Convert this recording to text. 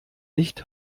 nicht